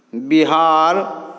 Bihar